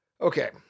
Okay